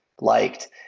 liked